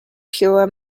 pure